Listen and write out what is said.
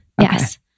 Yes